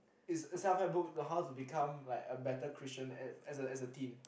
it's self help book to tell us how to become like a better Christian as as a as a teen